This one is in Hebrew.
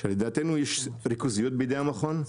עכשיו, לדעתנו יש ריכוזיות בידי המכון,